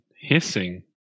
hissing